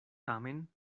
tamen